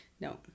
No